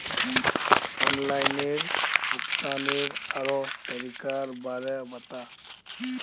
online भुग्तानेर आरोह तरीकार बारे बता